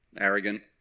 arrogant